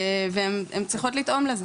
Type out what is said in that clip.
והם צריכות לתאום לזה.